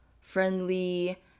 friendly